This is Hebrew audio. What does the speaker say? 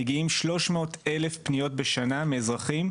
מגיעות 300,000 פניות בשנה מאזרחים,